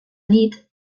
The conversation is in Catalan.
nit